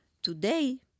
Today